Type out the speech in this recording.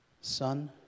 son